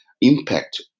impact